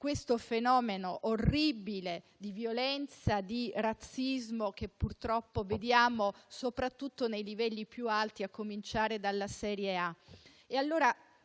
il fenomeno orribile di violenza e razzismo che purtroppo vediamo soprattutto nei livelli più alti, a cominciare dalla serie A. Concludo,